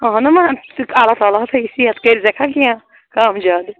اہنُے وۄنۍ اللہ تعالیٰ ہا تھایی صحت کٔر زیٚکھ ہا کینٛہہ کَم زیادٕ